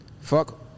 fuck